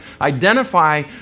identify